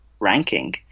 ranking